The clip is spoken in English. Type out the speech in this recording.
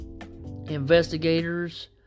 Investigators